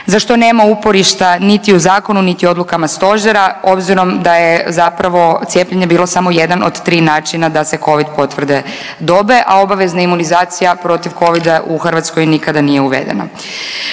za što nema uporišta niti u zakonu, niti odlukama stožera obzirom da je zapravo cijepljenje bilo samo jedan od tri načina da se covid potvrde dobe, a obavezna imunizacija protiv covida u Hrvatskoj nikada nije uvedena.